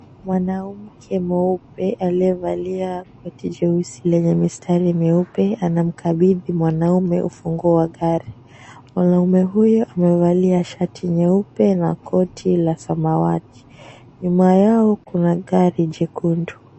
Mwanamke mweupe aliyevalia koti jeusi lenye mistari myeupe anamkabidhi mwanamme ufunguo wa gari. Mwanamme huyo amevalia shati jeupe na koti la samawati, nyuma yao kuna gari jekundu.